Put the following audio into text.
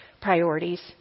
priorities